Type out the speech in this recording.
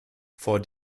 vor